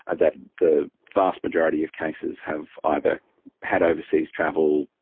and that the vast majority of cases have either had overseas travel,